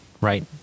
right